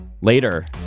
later